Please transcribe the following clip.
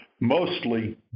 mostly